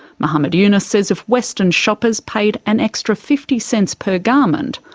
muhammad yunus says if western shoppers paid an extra fifty cents per garment,